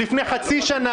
שלפני חצי שנה,